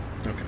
okay